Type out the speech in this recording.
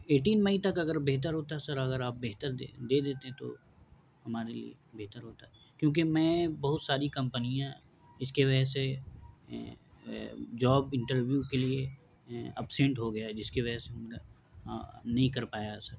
eighteen May تک اگر بہتر ہوتا سر اگر آپ بہتر دے دیتے تو ہمارے لیے بہتر ہوتا کیونکہ میں بہت ساری کمپنیاں اس کی وجہ سے جاب انٹرویو کے لیے اپسینٹ ہو گیا ہے جس کی وجہ سے نہیں کر پایا ہے سر